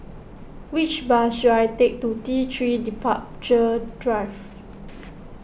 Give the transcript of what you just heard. which bus should I take to T three Departure Drive